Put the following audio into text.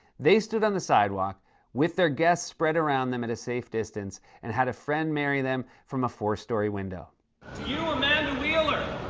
they stood on the sidewalk with their guests spread around them at a safe distance and had a friend marry them from a four-story window. do you, amanda wheeler,